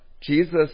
Jesus